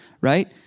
right